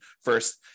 first